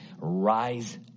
rise